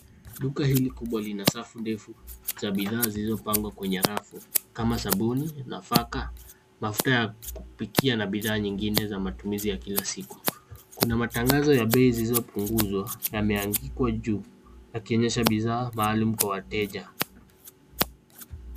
Duka hili kubwa lina safu ndefu za bidhaa zilizopangwa kwenye rafu kama sabuni, nafaka, mafuta ya kupikia na bidhaa nyingine za matumizi ya kila siku. Kuna matangazo ya bei zilizopunguzwa yameanikwa juu yakionyesha bidhaa maalum kwa wateja.